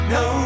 no